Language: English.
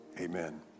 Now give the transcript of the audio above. Amen